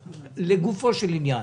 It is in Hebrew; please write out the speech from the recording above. לגופו של עניין,